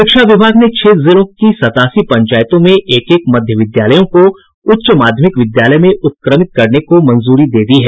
शिक्षा विभाग ने छह जिलों की सतासी पंचायतों में एक एक मध्य विद्यालयों को उच्च माध्यमिक विद्यालय में उत्क्रमित करने को मंजूरी दे दी है